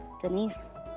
Denise